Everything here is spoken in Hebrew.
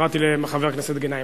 קראתי לחבר הכנסת גנאים.